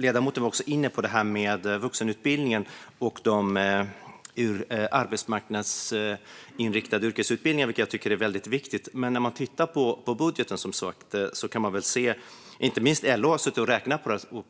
Ledamoten var också inne på vuxenutbildningen och de arbetsmarknadsinriktade yrkesutbildningarna, som jag tycker är väldigt viktiga. Men när man tittar i budgeten kan man, liksom LO som räknat på detta,